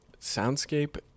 Soundscape